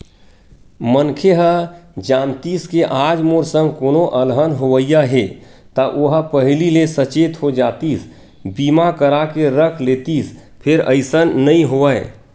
मनखे ह जानतिस के आज मोर संग कोनो अलहन होवइया हे ता ओहा पहिली ले सचेत हो जातिस बीमा करा के रख लेतिस फेर अइसन नइ होवय